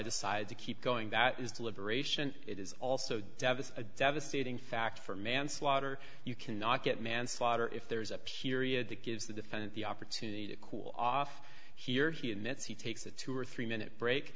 decided to keep going that is deliberation it is also devis a devastating fact for manslaughter you cannot get manslaughter if there is a period that gives the defendant the opportunity to cool off here he admits he takes a two or three minute break